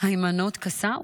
היימנוט קסאו?